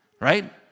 Right